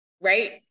right